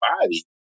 body